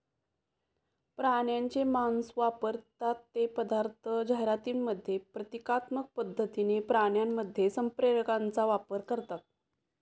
प्राण्यांचे मांस वापरतात ते पदार्थ जाहिरातींमध्ये प्रतिकात्मक पद्धतीने प्राण्यांमध्ये संप्रेरकांचा वापर करतात